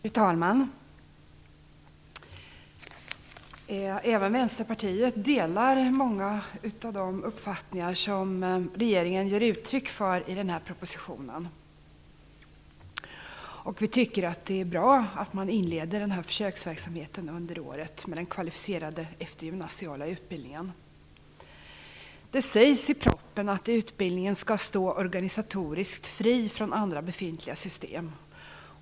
Fru talman! Vänsterpartiet delar många av de uppfattningar som regeringen ger uttryck för i propositionen. Vi tycker att det är bra att man under året inleder en försöksverksamhet med den kvalificerade eftergymnasiala utbildningen. Det sägs i propositionen att utbildningen skall stå organisatoriskt fri från andra befintliga system.